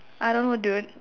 I don't know dude